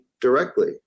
directly